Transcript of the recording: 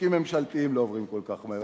חוקים ממשלתיים לא עוברים כל כך מהר.